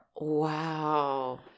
Wow